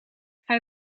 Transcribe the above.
hij